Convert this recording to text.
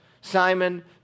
Simon